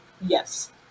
Yes